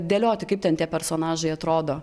dėlioti kaip ten tie personažai atrodo